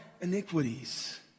iniquities